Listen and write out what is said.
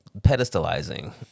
pedestalizing